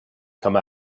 come